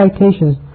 citations